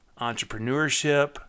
entrepreneurship